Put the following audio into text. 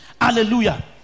Hallelujah